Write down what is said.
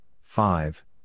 five